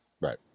right